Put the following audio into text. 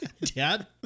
Dad